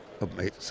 amazing